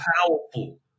powerful